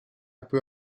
peu